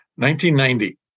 1990